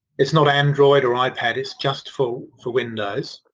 its not android or ah ipad, its just for for windows